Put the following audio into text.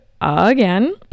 again